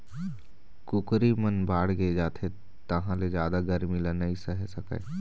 कुकरी मन बाड़गे जाथे तहाँ ले जादा गरमी ल नइ सहे सकय